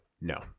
No